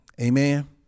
Amen